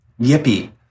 Yippee